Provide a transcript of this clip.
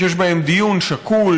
שיש בהם דיון שקול,